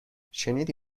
شنیدی